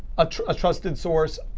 ah a trusted source,